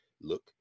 look